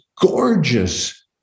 gorgeous